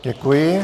Děkuji.